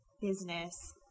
business